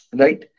right